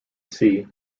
sea